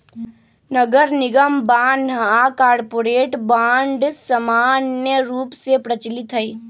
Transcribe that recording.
नगरनिगम बान्ह आऽ कॉरपोरेट बॉन्ड समान्य रूप से प्रचलित हइ